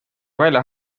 välja